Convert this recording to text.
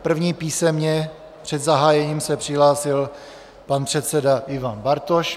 První písemně před zahájením se přihlásil pan předseda Ivan Bartoš.